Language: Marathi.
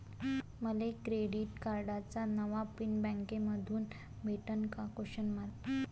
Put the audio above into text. मले क्रेडिट कार्डाचा नवा पिन बँकेमंधून भेटन का?